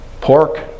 pork